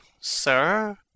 sir